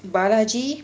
balaji